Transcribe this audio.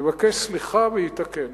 יבקש סליחה ויתקן.